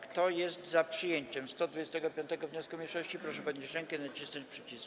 Kto jest za przyjęciem 125. wniosku mniejszości, proszę podnieść rękę i nacisnąć przycisk.